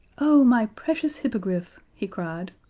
oh, my precious hippogriff, he cried.